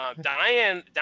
Diane